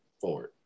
forward